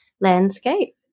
landscape